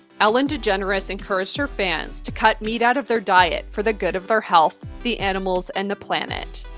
ellen degeneres encouraged her fans to cut meat out of their diet for the good of their health, the animals, and the planet.